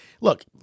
look